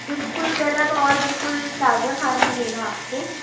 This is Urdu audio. بالکل گرم اور بالکل تازہ کھانا ملے گا آپ کو